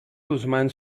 guzmán